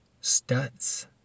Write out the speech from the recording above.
studs